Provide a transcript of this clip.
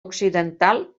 occidental